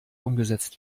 umgesetzt